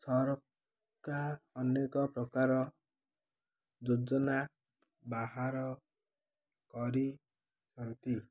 ସରକାର୍ ଅନେକ ପ୍ରକାର ଯୋଜନା ବାହାର କରିଛନ୍ତି